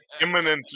imminently